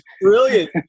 Brilliant